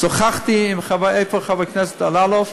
שוחחתי, איפה חבר הכנסת אלאלוף?